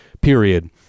period